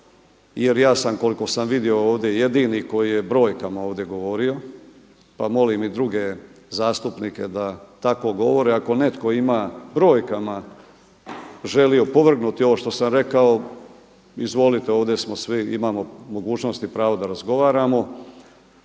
jer ja sam koliko sam vidio ovdje jedini koji je brojkama ovdje govorio pa molim i druge zastupnike da tako govore. Ako netko ima brojkama, želi opovrgnuti ovo što sam rekao, izvolite, ovdje smo svi, imamo mogućnosti i pravo da razgovaramo.